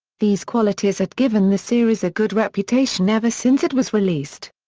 these qualities had given the series a good reputation ever since it was released.